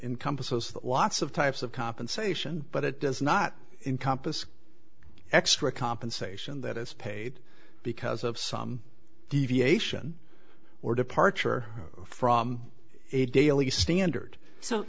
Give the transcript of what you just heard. encompasses lots of types of compensation but it does not encompass extra compensation that is paid because of some deviation or departure from a daily standard so